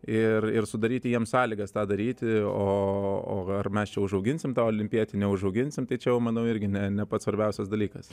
ir ir sudaryti jiems sąlygas tą daryti o ar mes čia užauginsim tą olimpietį neužauginsime tai čia jau manau irgi ne ne pats svarbiausias dalykas